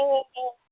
ए ए